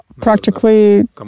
practically